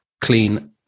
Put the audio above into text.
clean